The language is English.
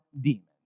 demons